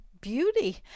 beauty